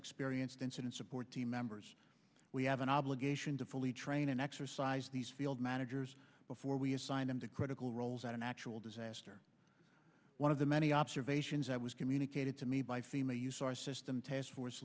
experienced incident support team members we have an obligation to fully train and exercise these field managers before we assign them to critical roles at a natural disaster one of the many observations i was communicated to me by fema use our system task force